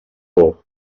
por